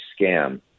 scam